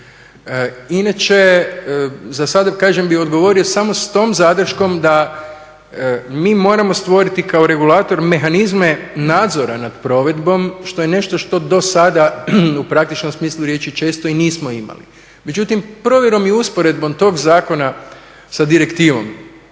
Inače, za sada kažem bih odgovorio samo s tom zadrškom da mi moramo stvoriti kao regulator mehanizme nadzora nad provedbom što je nešto što do sada u praktičnom smislu riječi često i nismo imali. Međutim, provjerom i usporedbom tog zakona sa direktivom.